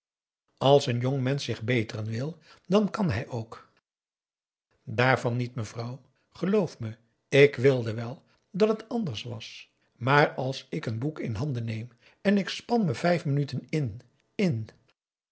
als een jongmensch zich beteren wil dan kan hij ook dààrvan niet mevrouw geloof me ik wilde wel dat het anders was maar als ik een boek in handen neem en ik span me vijf minuten in in